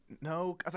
No